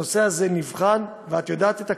הנושא הזה נבחן, ואת יודעת את הכתובת,